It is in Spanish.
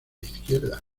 izquierda